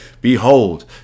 Behold